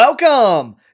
Welcome